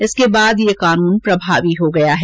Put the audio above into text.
इसके बाद यह कानून प्रभावी हो गया है